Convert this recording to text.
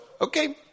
okay